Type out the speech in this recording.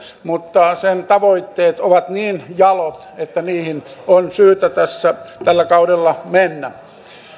mutta sen tavoitteet ovat niin jalot että niihin on syytä tällä kaudella mennä